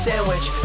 Sandwich